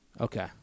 Okay